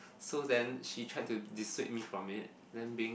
so then she tried to dissuade me from it then being